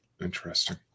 interesting